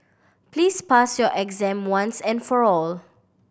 please pass your exam once and for all